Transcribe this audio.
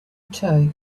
too